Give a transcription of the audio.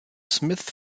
smith